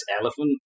Elephant